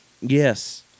Yes